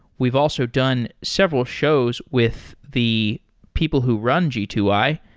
we've also done several shows with the people who run g two i,